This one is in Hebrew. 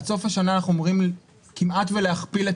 עד סוף השנה אנחנו אמורים כמעט להכפיל את